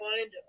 find